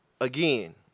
Again